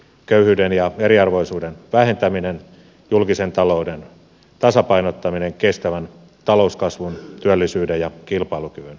köyhyyden ja eriarvoisuuden vähentäminen julkisen talouden tasapainottaminen sekä kestävän talouskasvun työllisyyden ja kilpailukyvyn vahvistaminen